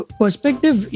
perspective